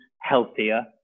healthier